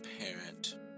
parent